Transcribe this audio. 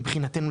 מבחינתנו,